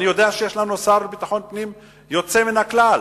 אני יודע שיש לנו שר לביטחון פנים יוצא מן הכלל,